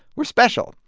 we're special.